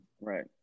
Right